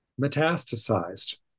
metastasized